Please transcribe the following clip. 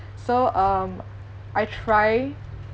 so um I try